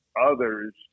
others